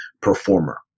performer